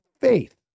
faith